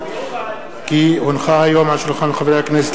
כי הונחו היום על שולחן הכנסת,